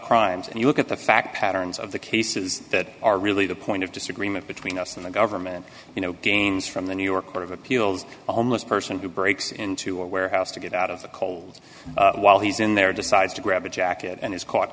crimes and you look at the fact patterns of the cases that are really the point of disagreement between us and the government you know gains from the new york court of appeals a homeless person who breaks into a warehouse to get out of the cold while he's in there decides to grab a jacket and is caught